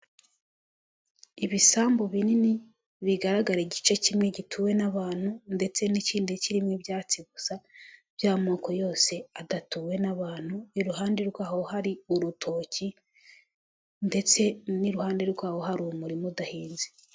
Ibisambu binini bigaragara igice kimwe gituwe n'abantu ndetse n'ikindi kirimo ibyatsi gusa by'amoko yose hadatuwe n'abantu iruhande rwaho hari urutoki ndetse n'iruhande rwaho hari umurima udahinze.